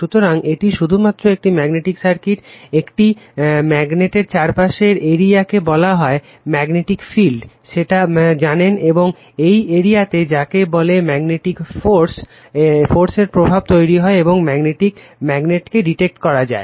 সুতরাং এটি শুধুমাত্র একটি ম্যাগনেটিক সার্কিট একটি ম্যাগনেট এর চারপাশের এরিয়া কে বলা হয় ম্যাগনেটিক ফিল্ড সেটা জানেন এবং এই এরিয়াতেই যাকে বলে ম্যাগনেটিক ফোর্স এর প্রভাব তৈরী হয় এবং ম্যাগনেটিকে ডিটেক্ট করা যায়